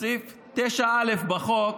9א בחוק